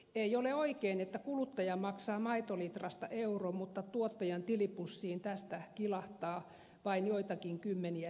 ei ole oikein että kuluttaja maksaa maitolitrasta euron mutta tuottajan tilipussiin tästä kilahtaa vain joitakin kymmeniä senttejä